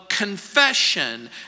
Confession